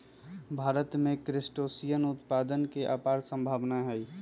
भारत में क्रस्टेशियन उत्पादन के अपार सम्भावनाएँ हई